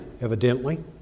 evidently